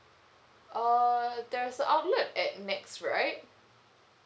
err there's a outlet at NEX right